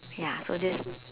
ya so this